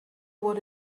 what